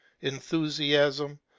enthusiasm